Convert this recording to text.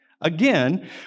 Again